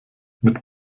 mit